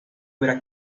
with